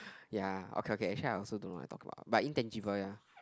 ya okay okay actually I also don't know what I talk about but intangible ya